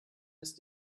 ist